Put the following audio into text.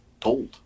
told